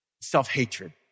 self-hatred